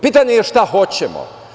Pitanje je šta hoćemo.